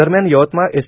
दरम्यान यवतमाळ एस